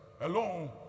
alone